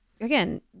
again